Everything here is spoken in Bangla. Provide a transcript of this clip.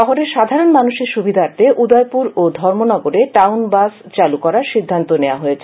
শহরের সাধারণ মানুষের সুবিধার্থে উদয়পুর ও ধর্মনগরে টাউন বাস চালু করার সিদ্ধান্ত নেওয়া হয়েছে